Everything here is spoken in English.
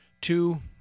two